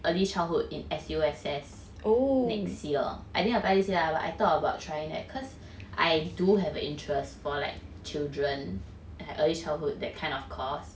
early childhood in S_U_S_S next year I didn't apply this year but I thought about trying that cause I do have an interest for like children like early childhood that kind of course